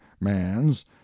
man's